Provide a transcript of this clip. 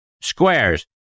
Squares